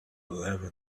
eleven